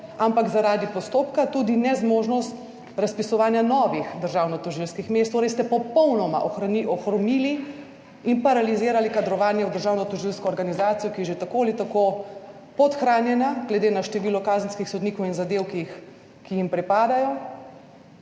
ampak zaradi postopka tudi nezmožnost razpisovanja novih državno tožilskih mest. Torej ste popolnoma ohromili in paralizirali kadrovanje v državno tožilsko organizacijo, ki je že tako ali tako podhranjena, glede na število kazenskih sodnikov in zadev, ki jim pripadajo.